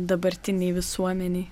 dabartinei visuomenei